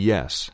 Yes